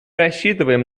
рассчитываем